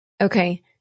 Okay